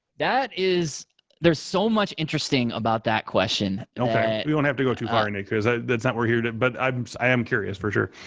that is there's so much interesting about that question. okay. we don't have to go too far in it, because that's not we're here to but um so i am curious for sure.